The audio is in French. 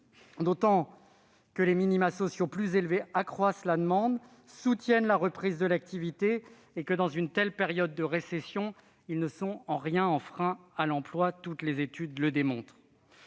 D'autant que des minima sociaux plus élevés accroissent la demande et soutiennent la reprise de l'activité : dans une telle période de récession, ils ne sont en rien un frein à l'emploi, toutes les études le démontrent.